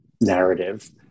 narrative